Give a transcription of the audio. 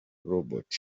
robot